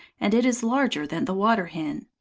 and it is larger than the water-hen.